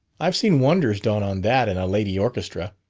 i've seen wonders done on that in a lady orchestra.